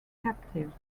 captives